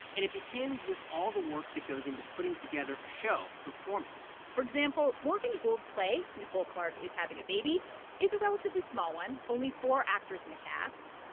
and it begins with all the work that goes into putting together a show, a performance for example, morgan gould's play nicole clark is having a baby is a relatively small one only four actors in the cast.